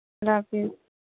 اللہ حافظ